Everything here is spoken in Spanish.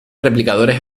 replicadores